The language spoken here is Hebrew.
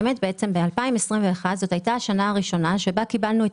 2021 הייתה השנה הראשונה שבה קיבלנו את